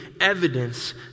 evidence